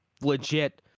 legit